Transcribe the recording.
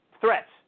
threats